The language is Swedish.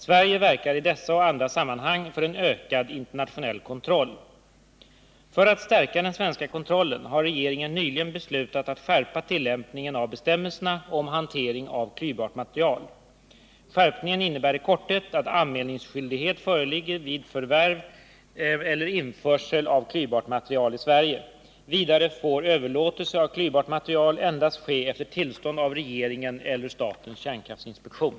Sverige verkar i dessa och andra sammanhang för en ökad internationell kontroll. För att stärka den svenska kontrollen har regeringen nyligen beslutat att skärpa tillämpningen av bestämmelserna om hanteringen av klyvbart material. Skärpningen innebär i korthet att anmälningsskyldighet föreligger vid förvärv eller införsel av klyvbart material i Sverige. Vidare får överlåtelse av klyvbart material endast ske efter tillstånd av regeringen eller statens kärnkraftinspektion.